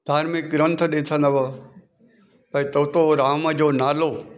धार्मिक ग्रंथ ॾिसदंव भई तोतो राम जो नालो